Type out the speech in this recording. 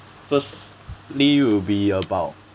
firstly will be about